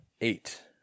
eight